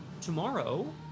tomorrow